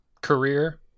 career